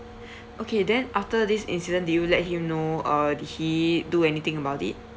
okay then after this incident did he let you know uh did he do anything about it